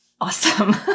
awesome